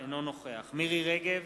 אינו נוכח מירי רגב,